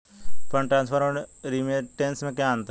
Fund transfer और remittance में क्या अंतर है?